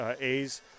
A's